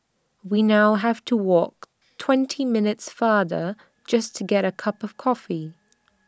we now have to walk twenty minutes farther just to get A cup of coffee